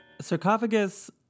sarcophagus